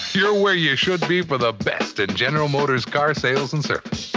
you're where you should be for the best in general motors car sales and service.